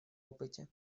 опыте